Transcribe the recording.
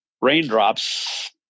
raindrops